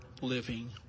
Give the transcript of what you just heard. living